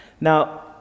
Now